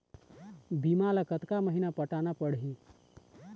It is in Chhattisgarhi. बीमा ला कतका महीना पटाना पड़ही?